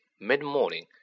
mid-morning